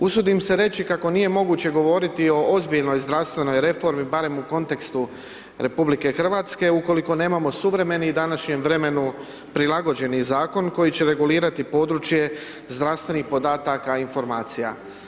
Usudim se reći kako nije moguće govoriti o ozbiljnoj zdravstvenoj reformi, barem u kontekstu RH, ukoliko nemamo suvremenih, današnjem vremenu prilagođeni Zakon koji će regulirati područje zdravstvenih podataka i informacija.